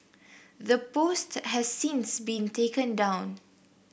the post has since been taken down